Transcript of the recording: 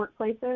workplaces